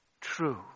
true